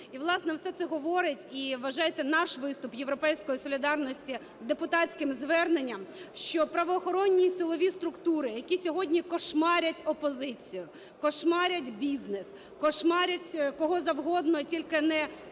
І, власне, все це говорить, і вважайте наш виступ, "Європейської солідарності", депутатським зверненням, що правоохоронні і силові структури, які сьогодні "кошмарять" опозицію, "кошмарять" бізнес, "кошмарять" кого завгодно, тільки не